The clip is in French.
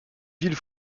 ville